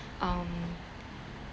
um